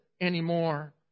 anymore